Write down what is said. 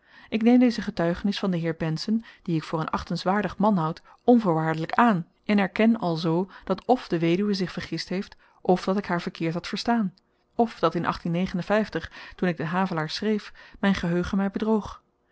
ik neem deze getuigenis van den heer bensen dien ik voor n achtenswaardig man houd onvoorwaardelyk aan en erken alzoo dat f de weduwe zich vergist heeft f dat ik haar verkeerd had verstaan f dat toen ik den havelaar schreef m'n geheugen my bedroog